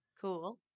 Cool